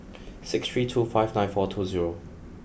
six three two five nine four two zero